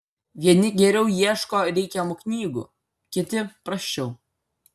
vieni geriau ieško reikiamų knygų kiti prasčiau